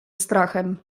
strachem